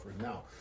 now